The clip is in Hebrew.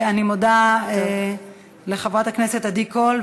אני מודה לחברת הכנסת עדי קול,